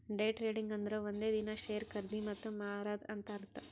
day trading ಅಂದುರ್ ಒಂದೇ ದಿನಾ ಶೇರ್ ಖರ್ದಿ ಮತ್ತ ಮಾರಾದ್ ಅಂತ್ ಅರ್ಥಾ